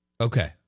Okay